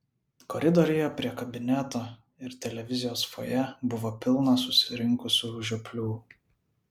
koridoriuje prie kabineto ir televizijos fojė buvo pilna susirinkusių žioplių